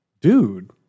dude